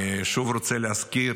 אני שוב רוצה להזכיר